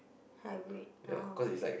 I wait oh